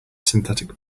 synthetic